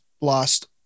lost